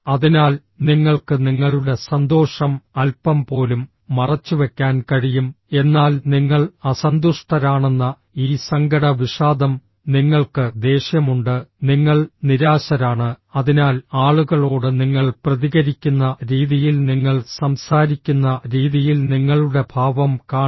അതിനാൽ നിങ്ങൾക്ക് നിങ്ങളുടെ സന്തോഷം അൽപ്പം പോലും മറച്ചുവെക്കാൻ കഴിയും എന്നാൽ നിങ്ങൾ അസന്തുഷ്ടരാണെന്ന ഈ സങ്കട വിഷാദം നിങ്ങൾക്ക് ദേഷ്യമുണ്ട് നിങ്ങൾ നിരാശരാണ് അതിനാൽ ആളുകളോട് നിങ്ങൾ പ്രതികരിക്കുന്ന രീതിയിൽ നിങ്ങൾ സംസാരിക്കുന്ന രീതിയിൽ നിങ്ങളുടെ ഭാവം കാണും